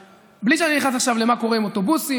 בלי שאני נכנס עכשיו למה קורה עם אוטובוסים,